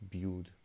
build